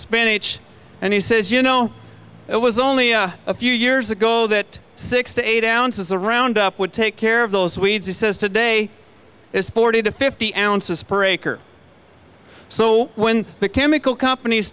spinach and he says you know it was only a few years ago that six to eight ounces around up would take care of those weeds he says today is forty to fifty ounces per acre so when the chemical companies